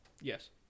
Yes